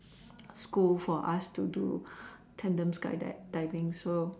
school for us to do pendulum skydiving so